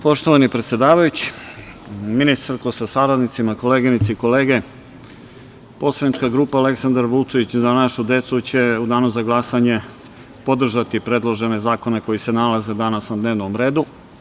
Poštovani predsedavajući, ministarko sa saradnicima, koleginice i kolege, poslanička grupa „Aleksandar Vučić – Za našu decu“ će u danu za glasanje podržati predložene zakone koji se nalaze danas na dnevnom redu.